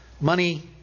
money